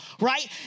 right